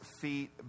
feet